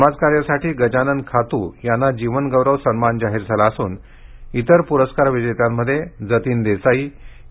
समाजकार्यासाठी गजानन खातू यांना जीवनगौरव सन्मान जाहीर झाला असून इतर पुरस्कार विजेत्यांमध्ये जतीन देसाई के